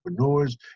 entrepreneurs